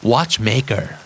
Watchmaker